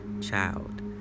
child